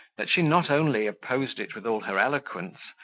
that she not only opposed it with all her eloquence,